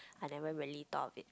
I never really thought of it